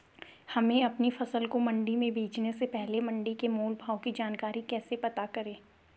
हमें अपनी फसल को मंडी में बेचने से पहले मंडी के मोल भाव की जानकारी कैसे पता करें?